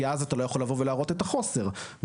כי אז אתה לא יכול לבוא ולהראות את החוסר במספרים.